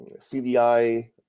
cdi